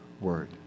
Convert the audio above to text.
word